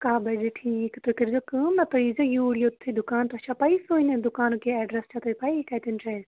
کاہہ بَجے ٹھیٖک تُہۍ کٔرۍ زیٚو کٲم نہ تُہۍ ییٖزیٚو یوٗرۍ یوٚتُے دُکان تۄہہِ چھا پَیی سٲنٮ۪ن دُکانُک یہِ ایٚڈرَس چھا تُہۍ پایی کَتٮ۪ن چھُ اسہِ